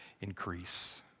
increase